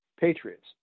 patriots